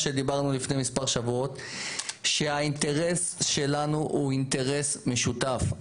דיברנו לפני מספר שבועות - שהאינטרס שלנו הוא אינטרס משותף.